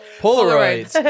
Polaroids